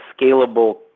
scalable